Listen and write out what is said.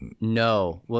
No